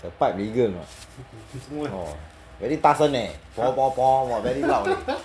the pipe legal or not orh very 大声 leh !wah! very loud eh